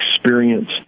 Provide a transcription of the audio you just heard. experience